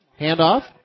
Handoff